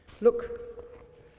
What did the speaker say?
look